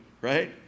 right